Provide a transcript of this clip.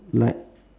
like